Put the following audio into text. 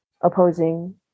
opposing